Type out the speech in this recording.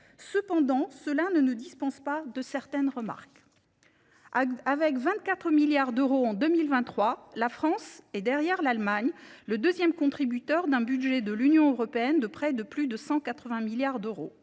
Cependant, cela ne nous dispense pas de certaines remarques. Avec 24 milliards d’euros en 2023, la France est, derrière l’Allemagne, le deuxième contributeur d’un budget de l’Union européenne de plus de 180 milliards d’euros.